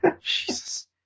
Jesus